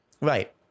Right